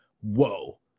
whoa